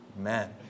amen